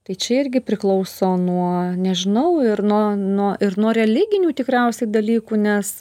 tai čia irgi priklauso nuo nežinau ir nuo nuo ir nuo religinių tikriausiai dalykų nes